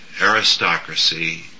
aristocracy